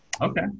Okay